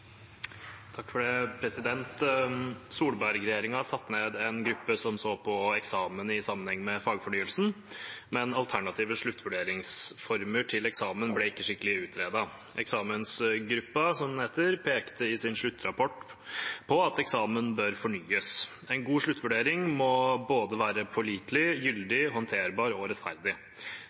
på eksamen i sammenheng med fagfornyelsen, men alternative sluttvurderingsformer til eksamen ble ikke skikkelig utredet. Eksamensgruppa pekte i sin sluttrapport på at eksamen bør fornyes . En god sluttvurdering må både være pålitelig, gyldig, håndterbar og rettferdig.